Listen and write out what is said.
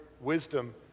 wisdom